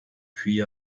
puis